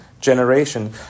generation